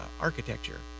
architecture